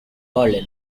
berlin